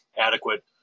adequate